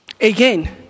Again